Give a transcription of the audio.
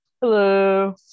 Hello